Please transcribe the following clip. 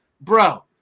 bro